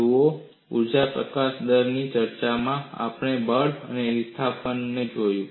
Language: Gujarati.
જુઓ ઊર્જા પ્રકાશન દરની ચર્ચામાં આપણે બળ અને વિસ્થાપનને જોયું છે